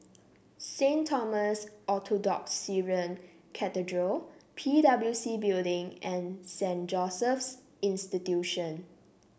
Saint Thomas Orthodox Syrian Cathedral P W C Building and Saint Joseph's Institution